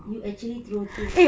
you actually throw things